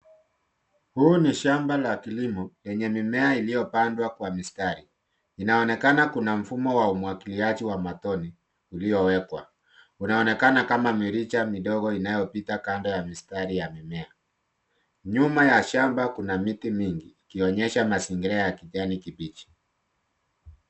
Huu ni shamba la kilimo yenye mimea iliyopandwa kwa mistari, inaonekana kuna mfumo wa umwagiliaji wa matone iliyowekwa, kunaonekana kama mirija midogo inayopita kando ya mistari ya mimea. Nyuma ya shamba kuna miti mingi ikionyesha mazingira ya kijani kibichi.